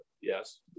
yes